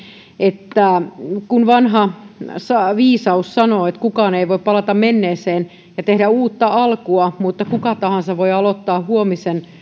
että kun vanha viisaus sanoo että kukaan ei voi palata menneeseen ja tehdä uutta alkua mutta kuka tahansa voi aloittaa huomisen